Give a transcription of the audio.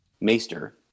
maester